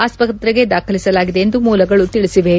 ಆಸ್ತ್ರೆಗೆ ದಾಖಲಿಸಲಾಗಿದೆ ಎಂದು ಮೂಲಗಳು ತಿಳಿಸಿವೆ